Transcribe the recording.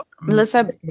Melissa